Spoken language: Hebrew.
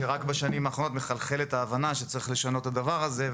שרק בשנים האחרונות מחלחלת ההבנה שצריך לשנות את הדבר הזה,